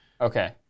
Okay